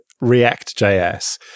React.js